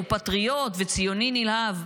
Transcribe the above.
הוא פטריוט וציוני נלהב.